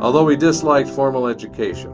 although we dislike formal education